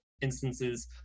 instances